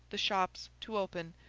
the shops to open,